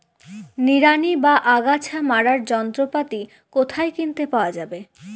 নিড়ানি বা আগাছা মারার যন্ত্রপাতি কোথায় কিনতে পাওয়া যাবে?